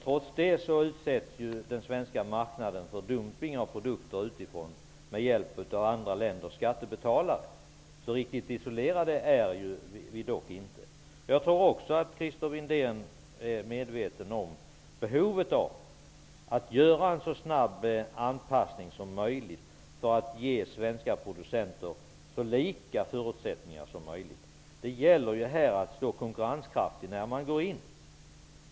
Trots detta utsätts den svenska marknaden för dumpning av produkter utifrån med hjälp av andra länders skattebetalare. Riktigt isolerat är Sverige dock inte. Jag tror också att Christer Windén är medveten om behovet av att göra en så snabb anpassning som möjligt för att ge svenska producenter så lika förutsättningar som möjligt. Det gäller att vara konkurrenskraftig när Sverige blir medlem.